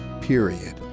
period